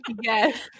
Yes